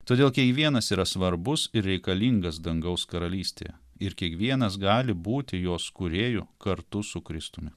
todėl kiekvienas yra svarbus ir reikalingas dangaus karalystėje ir kiekvienas gali būti jos kūrėju kartu su kristumi